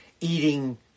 eating